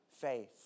faith